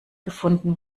gefunden